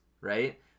right